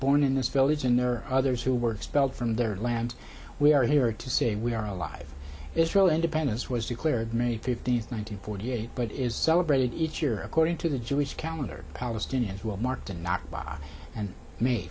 born in this village and there are others who were expelled from their land we are here to say we are alive israel independence was declared may fifteenth nine hundred forty eight but is celebrated each year according to the jewish calendar palestinians will mark the nakba and m